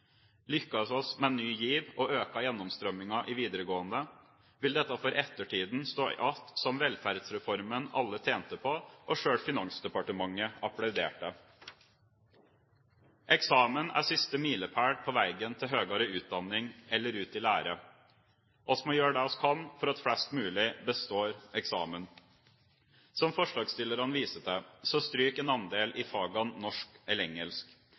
Lykkes vi med Ny GIV og øker gjennomstrømmingen i videregående, vil dette for ettertiden stå igjen som velferdsreformen alle tjente på og selv Finansdepartementet applauderte. Eksamen er siste milepæl på veien til høyere utdanning eller ut i lære. Vi må gjøre det vi kan for at flest mulig består eksamen. Som forslagsstillerne viser til, stryker en andel i fagene norsk eller engelsk.